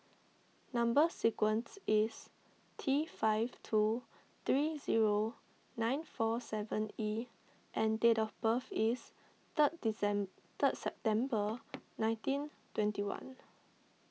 Number Sequence is T five two three zero nine four seven E and date of birth is third third September nineteen twenty one